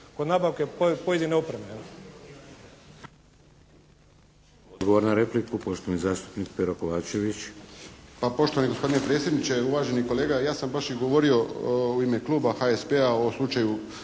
kod nabavke pojedine opreme